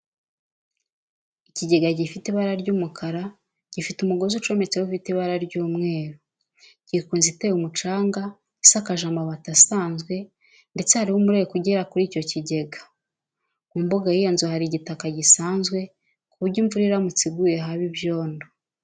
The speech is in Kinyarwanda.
Ikigega gifite ibara ry'umukara gifite umugozi ucometseho ufite ibara ry'umweru, kiri ku nzu iteye umucanga, isakaje amabati asanzwe ndetse hariho umureko ugera kuri icyo kigega. Mu mbuga y'iyo nzu hari igitaka gisanzwe ku buryo imvura iramutse iguye haba ibyondo.